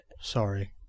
Sorry